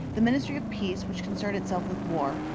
the ministry of peace, which concerned itself with war.